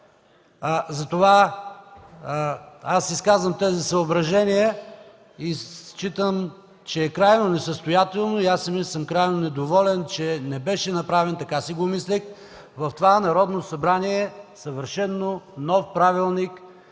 Затова аз изказвам тези съображения и считам, че е крайно несъстоятелно и аз самият съм крайно недоволен, че не беше направен, така си го мислех, в това Народно събрание съвършено нов правилник